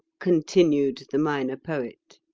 continued the minor poet.